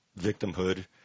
victimhood